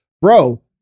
bro